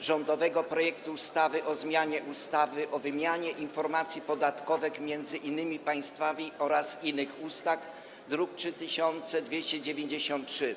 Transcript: rządowego projektu ustawy o zmianie ustawy o wymianie informacji podatkowych między innymi państwami oraz niektórych innych ustaw, druk nr 3293.